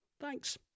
thanks